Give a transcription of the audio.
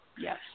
Yes